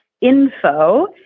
info